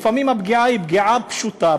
לפעמים הפגיעה היא פגיעה פשוטה,